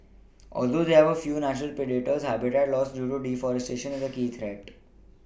although they have few natural predators habitat loss due to deforestation is a key threat